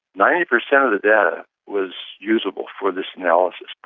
ninety percent of the data was usable for this analysis. but